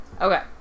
Okay